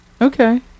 okay